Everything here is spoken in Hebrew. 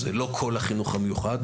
זה לא כל החינוך המיוחד,